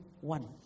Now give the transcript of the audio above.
one